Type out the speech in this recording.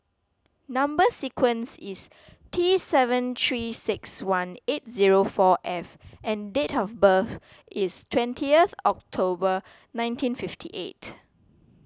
Number Sequence is T seven three six one eight zero four F and date of birth is twentieth October nineteen fifty eight